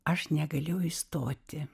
aš negalėjau įstoti